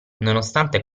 nonostante